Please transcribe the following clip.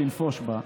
לנפוש בה.